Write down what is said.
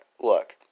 look